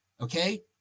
okay